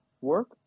work